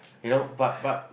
you know but but